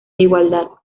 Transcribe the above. igualdad